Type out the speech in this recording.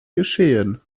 geschehen